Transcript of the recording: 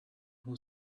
who